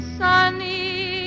sunny